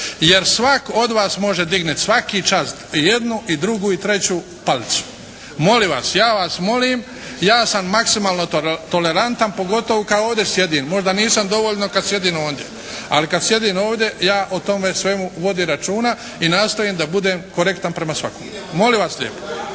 Jer svak od vas može dignut svaki čas i jednu i drugu i treću palicu. Molim vas, ja vas molim, ja sam maksimalno tolerantan pogotovo kada ovdje sjedim. Možda nisam dovoljno kada sjedim ondje, ali kada sjedim ovdje ja o tome svemu vodim računa i nastojim da budem korektan prema svakomu. Idemo dalje.